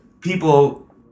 people